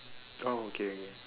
oh okay okay